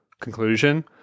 conclusion